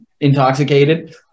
intoxicated